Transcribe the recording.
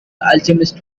alchemist